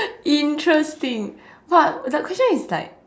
interesting but the question is like